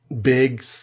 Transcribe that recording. big